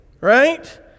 right